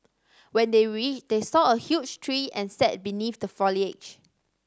when they reached they saw a huge tree and sat beneath the foliage